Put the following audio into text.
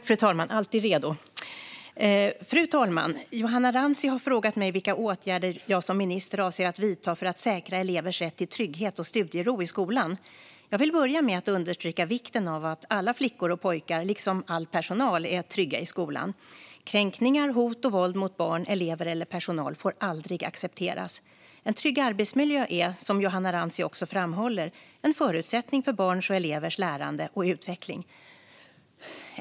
Fru talman! Johanna Rantsi har frågat mig vilka åtgärder jag som minister avser att vidta för att säkra elevers rätt till trygghet och studiero i skolan. Jag vill börja med att understryka vikten av att alla flickor och pojkar, liksom all personal, är trygga i skolan. Kränkningar, hot och våld mot barn, elever eller personal får aldrig accepteras. En trygg arbetsmiljö är, som Johanna Rantsi också framhåller, en förutsättning för barns och elevers lärande och utveckling.